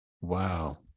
wow